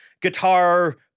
guitar